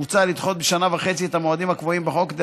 מוצע לדחות בשנה וחצי את המועדים הקבועים בחוק כדי